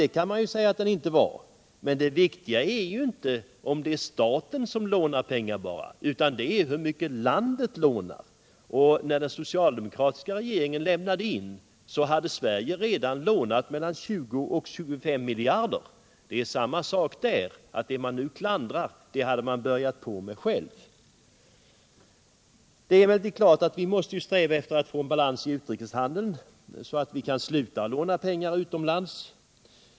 Det kan man ju säga att den inte var, men det viktiga är inte bara hur mycket staten lånar utan hur mycket landet lånar. När den socialdemokratiska regeringen lämnade in, hade Sverige redan lånat 20-25 miljarder. Det är samma sak där: Vad man nu klandrar hade man själv påbörjat. Det är klart att vi måste sträva efter att få balans i utrikeshandeln, så att vi kan sluta låna pengar utomlands.